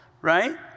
right